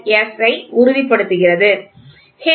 S ஐ உறுதிப்படுத்துகிறது H